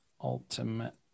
ultimate